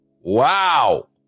Wow